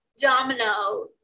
domino